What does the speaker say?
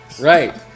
Right